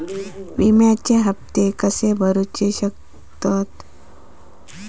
विम्याचे हप्ते कसे भरूचो शकतो?